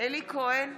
אלי כהן,